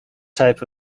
type